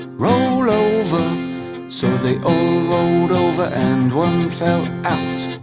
roll over so they all rolled over and one fell out